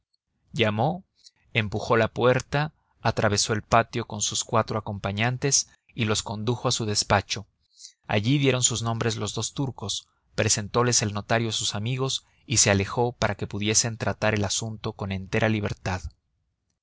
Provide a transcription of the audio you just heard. llamó empujó la puerta atravesó el patio con sus cuatro acompañantes y los condujo a su despacho allí dieron sus nombres los dos turcos presentoles el notario a sus amigos y se alejó para que pudiesen tratar el asunto con entera libertad